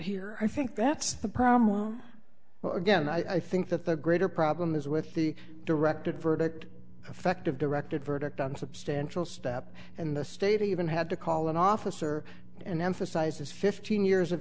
here i think that's the problem with well again i think that the greater problem is with the directed verdict effect of directed verdict on substantial step in the state even had to call an officer and emphasizes fifteen years of